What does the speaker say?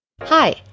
Hi